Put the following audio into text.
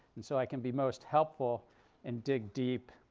and so i can be most helpful and dig deep,